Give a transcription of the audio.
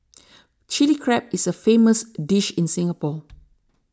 Chilli Crab is a famous dish in Singapore